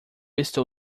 estou